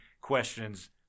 questions